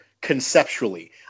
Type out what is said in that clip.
conceptually